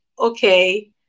okay